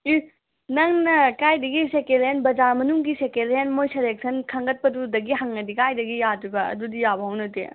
ꯏꯁ ꯅꯪꯅ ꯀꯥꯏꯗꯒꯤ second hand ꯕꯖꯥꯔ ꯃꯅꯨꯡꯒꯤ ꯁꯦꯀꯦꯟ ꯍꯦꯟ ꯃꯣꯏ ꯁꯦꯂꯦꯛꯁꯟ ꯈꯟꯒꯠꯄꯗꯨꯗꯒꯤ ꯍꯪꯉꯗꯤ ꯀꯥꯏꯗꯒꯤ ꯌꯥꯗꯣꯏꯕ ꯑꯗꯨꯗꯤ ꯌꯥꯕ ꯍꯧꯅꯗꯦ